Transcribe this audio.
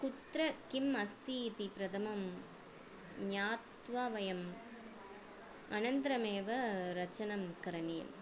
कुत्र किम् अस्ति इति प्रथमं ज्ञात्वा वयम् अनन्तरमेव रचनं करणीयं